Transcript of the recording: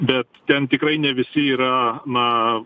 bet ten tikrai ne visi yra na